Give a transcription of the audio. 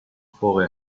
for